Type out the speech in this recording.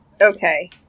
okay